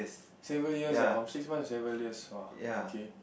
seven years ah from six months to seven years !wah! okay